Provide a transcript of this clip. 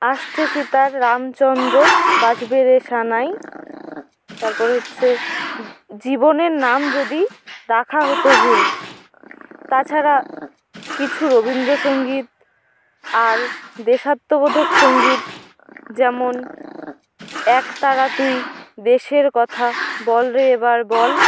আসছে সিতার রামচন্দ্র বাজবে রে সানাই তারপরে হচ্ছে জীবনের নাম যদি রাখা হতো ভুল তাছাড়া কিছু রবীন্দ্র সংগীত আর দেশাত্মবোধক সংগীত যেমন একতারা তুই দেশের কথা বল রে এবার বল